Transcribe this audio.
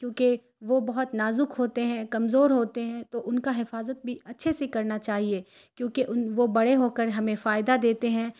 کیونکہ وہ بہت نازک ہوتے ہیں کمزور ہوتے ہیں تو ان کا حفاظت بھی اچھے سے کرنا چاہیے کیونکہ ان وہ بڑے ہو کر ہمیں فائدہ دیتے ہیں